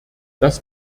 das